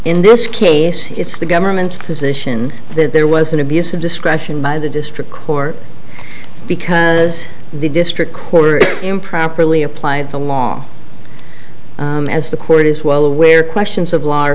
in this case it's the government's position that there was an abuse of discretion by the district court because the district court improperly applied the law as the court is well aware questions of law